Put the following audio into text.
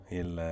il